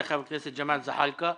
ראש מועצת חורה.